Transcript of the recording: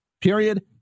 Period